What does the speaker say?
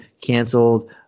canceled